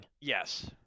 Yes